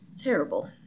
Terrible